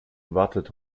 wartet